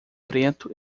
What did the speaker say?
preto